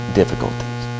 difficulties